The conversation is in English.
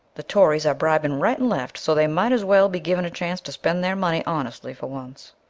the tories are bribing right and left, so they might as well be given a chance to spend their money honestly for once.